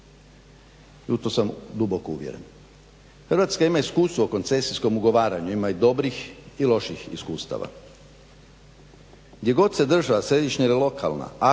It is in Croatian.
I u to sam duboko uvjeren. Hrvatska ima iskustvo u koncesijskom ugovaranju. Ima i dobrih i loših iskustava. Gdje god se držala središnja il lokalna,